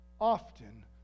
often